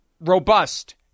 robust